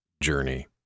journey